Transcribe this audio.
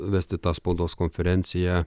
vesti tą spaudos konferenciją